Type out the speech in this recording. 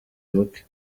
buke